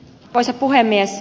arvoisa puhemies